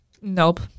Nope